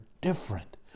different